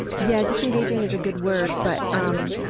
yeah, disengaging is a good word, but, um